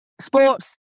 Sports